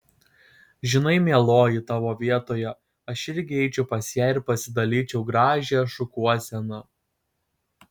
žinai mieloji tavo vietoje aš irgi eičiau pas ją ir pasidalyčiau gražią šukuoseną